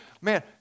man